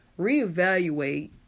reevaluate